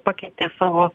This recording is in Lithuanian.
pakeitė savo